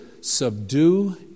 subdue